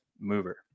Mover